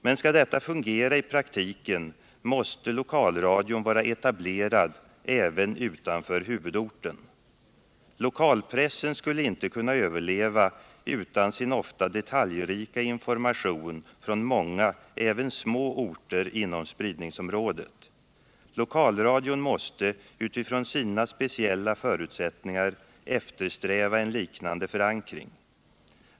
Men om detta skall fungera i praktiken, måste lokalradion vara etablerad även utanför huvudorten. Lokalpressen skulle inte kunna överleva utan sin ofta detaljrika information från många, även små, orter inom spridningsområdet. Lokalradion måste utifrån sina speciella förutsättningar eftersträva en liknande förankring.